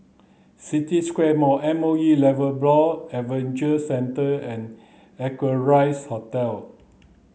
City Square Mall M O E Adventure Centre and Equarius Hotel